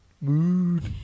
Mood